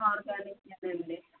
ఆర్గానికేనండి